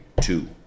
two